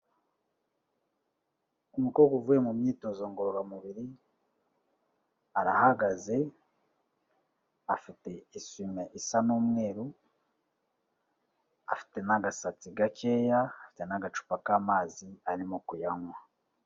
Umukobwa uvuye mu myitozo ngororamubiri, arahagaze afite isue isume isa n'umweru, afite n'agasatsi gakeya afite n'agacupa k'amazi arimo kuyanywa.